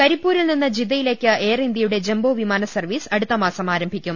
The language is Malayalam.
കരിപ്പൂരിൽനിന്ന് ജിദ്ദയിലേക്ക് എയർ ഇന്ത്യയുടെ ജംബോ വിമാന സർവീസ് അടുത്തമാസം ആരംഭിക്കും